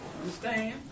understand